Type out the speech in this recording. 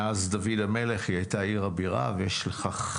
מאז דוד המלך היא היתה עיר הבירה ויש לכך